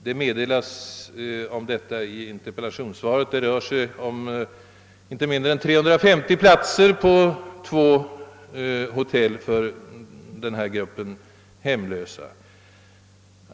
Det meddelas i svaret att det rör sig om inte mindre än 350 platser på vardera av två hotell för denna grupp hemlösa.